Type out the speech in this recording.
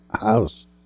house